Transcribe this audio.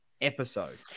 episode